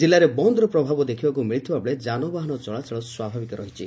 ଜିଲ୍ଲାରେ ବନ୍ଦର ପ୍ରଭାବ ଦେଖବାକୁ ମିଳିଥିବା ବେଳେ ଯାନବାହାନ ଚଳାଚଳ ସ୍ୱାଭାବିକ ରହିଛି